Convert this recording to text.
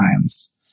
times